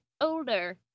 older